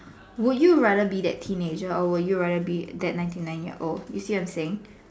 would you rather be that teenager or would you rather be that ninety nine year old you see what I'm saying